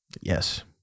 Yes